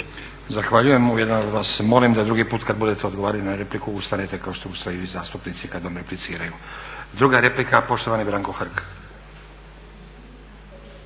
Zahvaljujem. Ujedno vas molim da drugi put kad budete odgovarali na repliku ustanete kao što ustaju i zastupnici kad vam repliciraju. Druga replika, poštovani Branko Hrg.